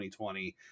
2020